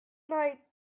night